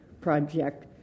project